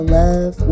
love